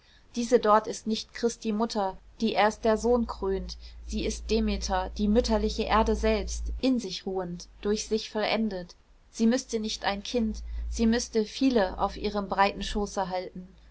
diese dort ist nicht christi mutter die erst der sohn krönt sie ist demeter die mütterliche erde selbst in sich ruhend durch sich vollendet sie müßte nicht ein kind sie müßte viele auf ihrem breiten schoße halten